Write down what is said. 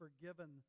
forgiven